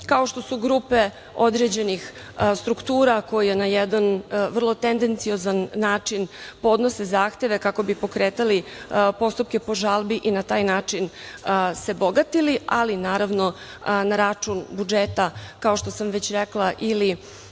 kao što su grupe određenih struktura koje na jedan vrlo tendenciozan način podnose zahteve kako bi pokretali postupke po žalbi i na taj način se bogatili, naravno na račun budžeta, kao što sam već rekla ili